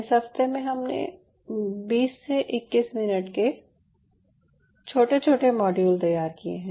इस हफ्ते में हमने 20 से 21 मिनट के छोटे छोटे मॉड्यूल तैयार किये हैं